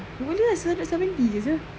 aku punya hundred seventy jer sia